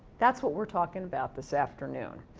that's what we're talking about this afternoon.